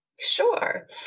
Sure